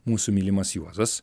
mūsų mylimas juozas